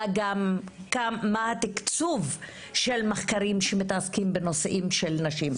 אלא גם מה התקצוב של מחקרים שעוסקים בנושאים של נשים,